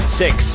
six